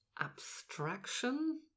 abstraction